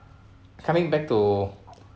coming back to